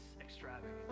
extravagant